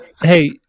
Hey